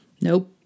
Nope